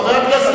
חבר הכנסת